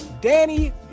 Danny